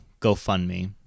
GoFundMe